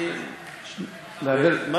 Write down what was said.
מה